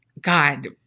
God